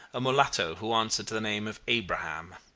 a mulatto who answered to the name of abraham.